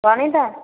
ଗଣିତ